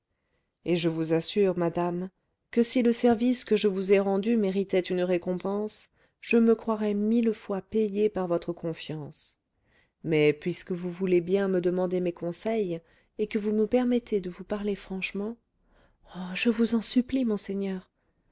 et je vous assure madame que si le service que je vous ai rendu méritait une récompense je me croirais mille fois payé par votre confiance mais puisque vous voulez bien me demander mes conseils et que vous me permettez de vous parler franchement oh je vous en supplie monseigneur